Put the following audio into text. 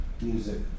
music